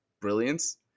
brilliance